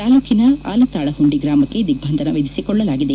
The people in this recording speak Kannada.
ತಾಲೂಕನ ಅಲತಾಳಹುಂಡಿ ಗ್ರಾಮಕ್ಕೆ ದಿಗ್ಬಂದನ ವಿಧಿಸಿಕೊಳ್ಳಲಾಗಿದೆ